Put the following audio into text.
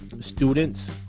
students